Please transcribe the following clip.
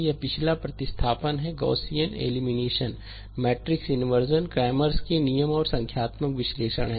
यह पिछला प्रतिस्थापन है Gaussian elimination matrix inversion Cramer Cramer's के नियम और संख्यात्मक विश्लेषण है